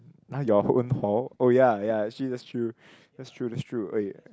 ah your own hall oh ya ya actually that's true that's true that's true oei ah